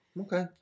Okay